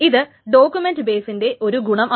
ഇത് ഡോക്യൂമെന്റ് ബെസിന്റെ ഒരു ഗുണമാണ്